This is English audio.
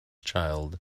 child